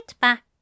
back